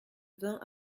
vin